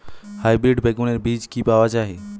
Hybrid বেগুনের বীজ কি পাওয়া য়ায়?